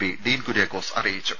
P Dean Kuriakose അറിയിച്ചു